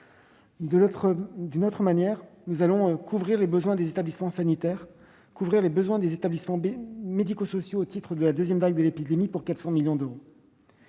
de la même manière que nous allons couvrir les besoins des établissements sanitaires, nous allons également couvrir les besoins des établissements médico-sociaux au titre de la deuxième vague de l'épidémie, pour 400 millions d'euros.